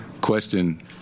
question